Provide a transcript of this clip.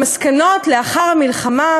בעקבות מסקנות לאחר המלחמה,